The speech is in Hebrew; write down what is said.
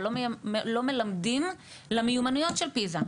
אבל לא מלמדים למיומנויות של פיזה,